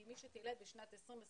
כי מי שתלד בשנת 20/21,